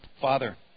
Father